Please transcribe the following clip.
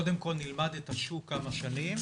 קודם כל נלמד את השוק כמה שנים,